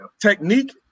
technique